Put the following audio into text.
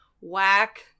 whack